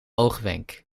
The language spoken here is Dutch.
oogwenk